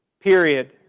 period